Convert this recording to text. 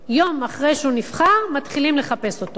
יום אחרי שהוא נבחר מתחילים לחפש אותו,